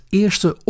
eerste